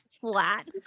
flat